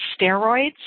steroids